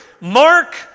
Mark